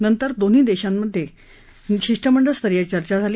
नंतर दोन्ही नेत्यांमधे शिष्टमंडळ स्तरीय चर्चा झाली